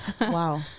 Wow